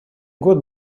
год